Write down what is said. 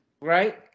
Right